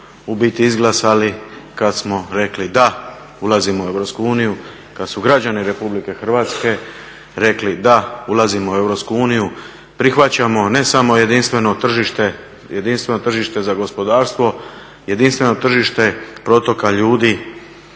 biti izglasali kada smo rekli da, ulazimo u EU, kada su građani RH rekli da ulazimo u EU, prihvaćamo ne samo jedinstveno tržište, jedinstveno tržište za gospodarstvo, jedinstveno tržište protoka ljudi,